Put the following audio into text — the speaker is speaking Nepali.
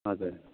हजुर